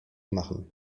machen